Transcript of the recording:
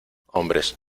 hombres